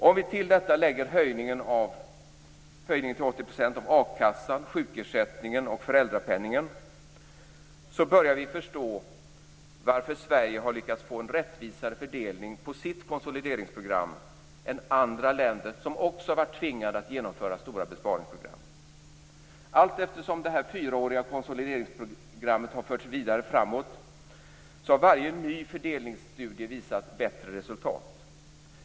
Om man till detta lägger höjningen till 80 % av akassan, sjukersättningen och föräldrapenningen börjar man förstå varför Sverige har lyckats få en rättvisare fördelning på sitt konsoliderinsprogram än andra länder som också har varit tvingade att genomföra besparingsprogram. Allteftersom det fyraåriga konsolideringsprogrammet har förts vidare framåt har varje ny fördelningsstudie visat bättre resultat.